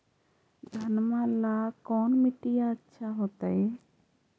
घनमा ला कौन मिट्टियां अच्छा होतई?